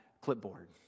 clipboard